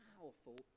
powerful